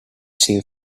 seen